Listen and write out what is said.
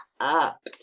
up